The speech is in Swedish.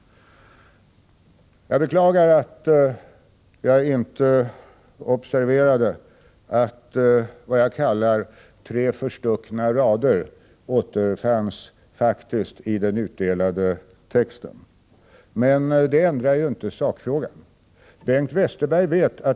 Jag beklagar att jag inte observerade att, vad jag kallar, tre förstuckna rader återfinns i den utdelade texten till Bengt Westerbergs anförande. Men det ändrar inte sakfrågan, Bengt Westerberg.